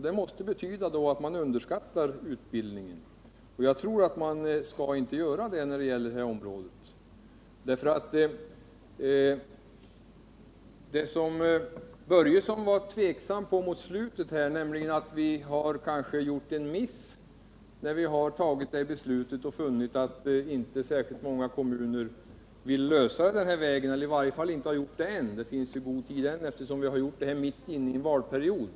Det måste betyda att han underskattar utbildningen, och det tror jag inte att man skall göra i det här sammanhanget. Herr Börjesson tycker att vi kanske har gjort en miss när vi har fattat beslut om kommunala representanter i bankernas styrelser, eftersom inte särskilt många kommuner vill utnyttja möjligheten eller i varje fall inte har gjort det än — det är ju god tid ännu, eftersom bestämmelsen tillkom mitt inne i en valperiod.